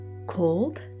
Cold